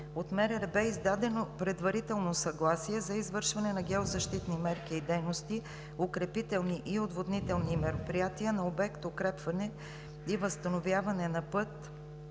от МРРБ е издадено предварително съгласие за извършване на геозащитни мерки и дейности, укрепителни и отводнителни мероприятия на обект, укрепване и възстановяване на път